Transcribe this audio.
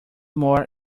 more